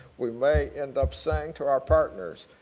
we may end up saying to our partners,